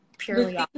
purely